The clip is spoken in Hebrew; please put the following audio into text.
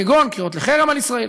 כגון קריאות לחרם על ישראל,